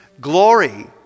glory